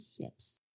ships